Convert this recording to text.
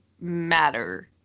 matter